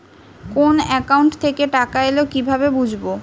কোন একাউন্ট থেকে টাকা এল কিভাবে বুঝব?